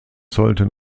sollten